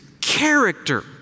character